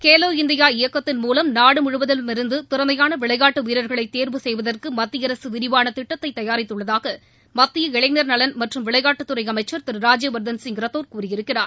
Khelo India இயக்கத்தின் மூலம் நாடு முழுவதிலுமிருந்து திறமையான விளையாட்டு வீரர்களை தேர்வு செய்வதற்கு மத்திய அரசு விரிவாள திட்டத்தை தயாரித்துள்ளதாக மத்திய இளைஞர் நலன் மற்றும் விளையாட்டுத்துறை அமைச்சர் திரு ராஜ்ய வர்தன் சிங் ரத்தோர் கூறியிருக்கிறார்